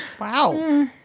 Wow